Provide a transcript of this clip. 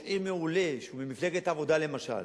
עיר מעולה שהוא ממפלגת העבודה למשל,